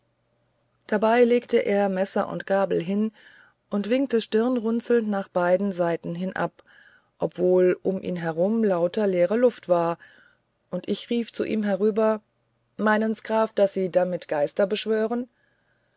dabei legte er messer und gabel hin und winkte stirnrunzelnd nach beiden seiten hin ab obwohl um ihn herum lauter leere luft war und ich rief zu ihm hinunter meinen's graf daß sie damit geister beschwören